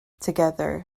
together